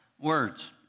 words